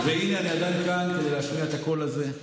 והינה, אני עדיין כאן כדי להשמיע את הקול הזה.